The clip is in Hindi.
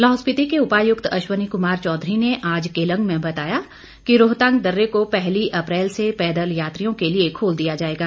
लाहौल स्पीति के उपायुक्त अश्वनी कुमार चौधरी ने आज केलंग में बताया कि रोहतांग दर्रे को पहली अप्रैल से पैदल यात्रियों के लिए खोल दिया जाएगा